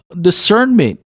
discernment